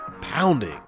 pounding